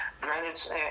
Granted